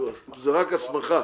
זו רק הסמכה,